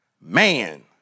man